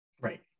right